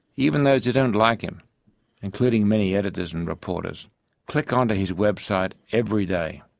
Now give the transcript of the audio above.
even those who don't like him including many editors and reporters click on to his website every day.